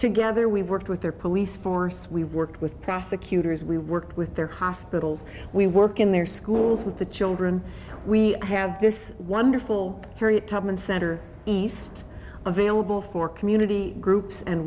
together we've worked with their police force we've worked with prosecutors we worked with their hospitals we work in their schools with the children we have this wonderful harriet tubman center east available for community groups and